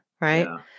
right